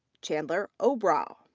chandler orbaugh.